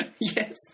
Yes